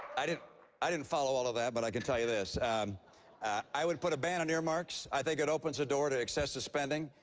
i didn't i didn't follow all of that, but i can tell you this i would put a ban on earmarks. i think it opens the door to excessive spending,